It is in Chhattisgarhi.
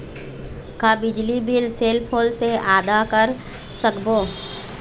का बिजली बिल सेल फोन से आदा कर सकबो?